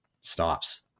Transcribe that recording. stops